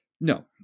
No